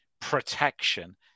protection